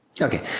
Okay